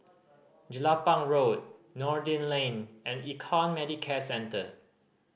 Jelapang Road Noordin Lane and Econ Medicare Centre